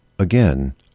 Again